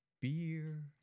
beer